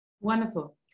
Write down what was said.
Wonderful